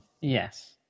Yes